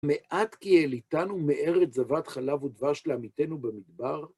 מעט כי העליתנו מארץ זבת חלב ודבש להמיתנו במדבר?